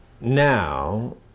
Now